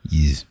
Yes